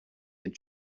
had